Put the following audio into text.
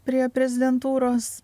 prie prezidentūros